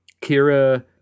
Kira